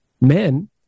men